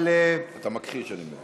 אבל, אתה מכחיש, אני מבין.